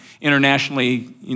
internationally